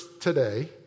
today